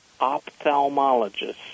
ophthalmologist